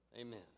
amen